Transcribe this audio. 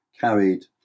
carried